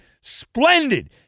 splendid